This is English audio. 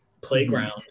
playground